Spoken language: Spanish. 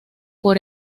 por